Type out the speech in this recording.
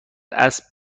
اسب